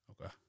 Okay